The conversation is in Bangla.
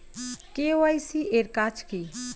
কে.ওয়াই.সি এর কাজ কি?